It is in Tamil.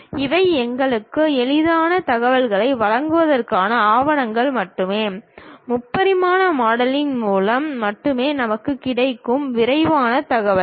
இவை எங்களுக்கு எளிதான தகவல்களை வழங்குவதற்கான ஆவணங்கள் மட்டுமே முப்பரிமாண மாடலிங் மூலம் மட்டுமே நமக்கு கிடைக்கும் விரிவான தகவல்கள்